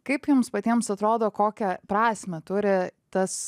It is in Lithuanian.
kaip jums patiems atrodo kokią prasmę turi tas